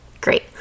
Great